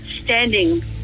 standing